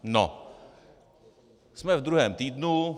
No, jsme v druhém týdnu.